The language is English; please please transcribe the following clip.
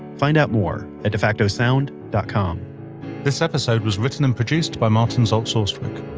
find out more at defacto sound dot com this episode was written and produced by martin zaltz austwick,